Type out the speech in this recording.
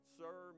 sir